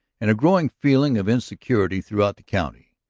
and a growing feeling of insecurity throughout the county.